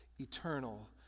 eternal